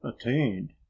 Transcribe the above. attained